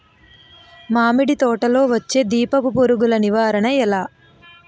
మామిడి తోటలో వచ్చే దీపపు పురుగుల నివారణ ఎలా?